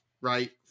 right